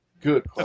good